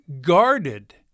guarded